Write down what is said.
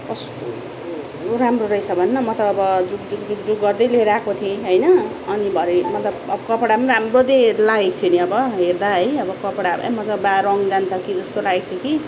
कस्तो राम्रो रहेछ भन् न म त अब झुक् झुक् झुक् झुक् गर्दै लिएर आएको थिएँ होइन अनि भरे मतलब कपडा पनि राम्रो दे लागेको थियो नि अब हेर्दा है कपडा है ए म त बा रङ जान्छ कि जस्तो लागेको थियो कि